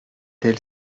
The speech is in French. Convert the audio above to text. tel